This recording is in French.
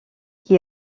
qui